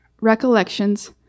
recollections